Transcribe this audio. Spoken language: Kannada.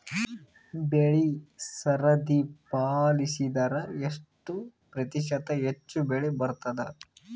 ಬೆಳಿ ಸರದಿ ಪಾಲಸಿದರ ಎಷ್ಟ ಪ್ರತಿಶತ ಹೆಚ್ಚ ಬೆಳಿ ಬರತದ?